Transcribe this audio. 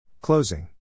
Closing